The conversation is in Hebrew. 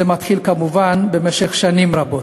זה מתחיל, כמובן, במשך שנים רבות.